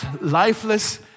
lifeless